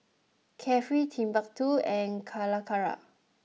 carefree Timbuk Two and Calacara